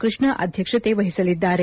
ಕೃಷ್ಣ ಅಧ್ಯಕ್ಷತೆ ವಹಿಸಲಿದ್ದಾರೆ